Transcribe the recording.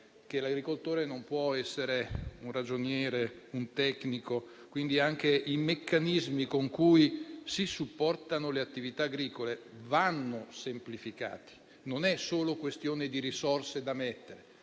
che l'agricoltore non può essere un ragioniere o un tecnico e, quindi, anche i meccanismi con cui si supportano le attività agricole vanno semplificati. È questione non solo di risorse da mettere,